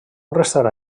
restarà